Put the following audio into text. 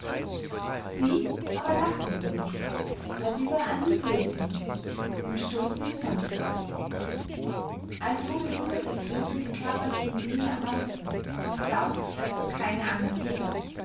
sie aber lachen über ihn als über einen blödsinnigen und stossen ihn von sich also bewundert der pöbel die körperlichen dinge am meisten und glaubt daß es keine andern gebe